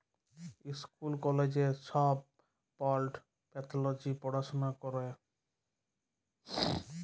school কলেজে ছব plant pathology পড়াশুলা ক্যরে